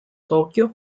tokyo